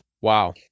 Wow